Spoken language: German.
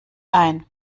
ein